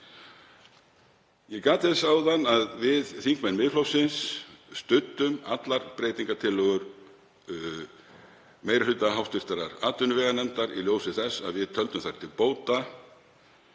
Ég gat þess áðan að við þingmenn Miðflokksins studdum allar breytingartillögur meiri hluta hv. atvinnuveganefndar í ljósi þess að við töldum þær til bóta.